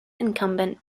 incumbent